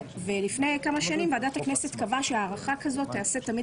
לפני כמה שנים קבעה ועדת הכנסת שהארכה תיעשה תמיד